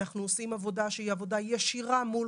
אנחנו עושים עבודה שהיא עבודה ישירה מול